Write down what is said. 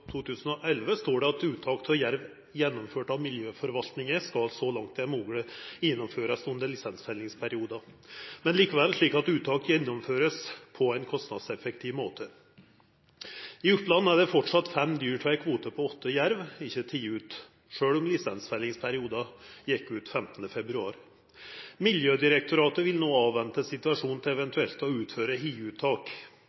under lisensfellingsperioden, men likevel slik at uttak gjennomføres på en kostnadseffektiv måte». I Oppland er fortsatt 5 dyr av ei kvote på 8 jerv ikkje teke ut, sjølv om lisensperioden gjekk ut 15. februar. Miljødirektoratet vil nå avventa situasjonen til